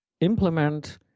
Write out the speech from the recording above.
implement